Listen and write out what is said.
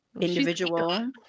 individual